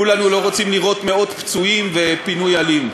כולנו לא רוצים לראות מאות פצועים ופינוי אלים.